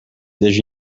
desde